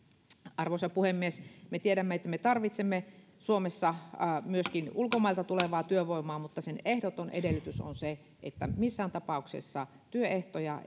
arvoisa puhemies me tiedämme että me tarvitsemme suomessa myöskin ulkomailta tulevaa työvoimaa mutta sen ehdoton edellytys on se että missään tapauksessa työehtoja